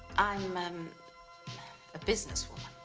i'm, um a businesswoman.